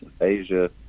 Asia